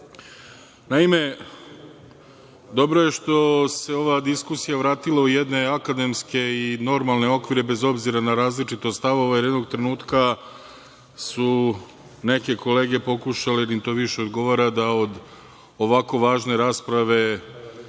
dobro je što se ova diskusija vratila u jedne akademske i normalne okvire, bez obzira na različite stavove, jer jednog trenutno su neke kolege pokušale, jer im to više odgovara da ovako važne rasprave,